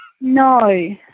no